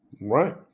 Right